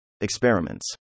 Experiments